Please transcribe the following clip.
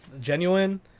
genuine